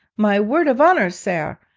my word of honour, sare,